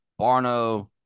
Barno